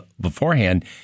beforehand